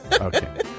Okay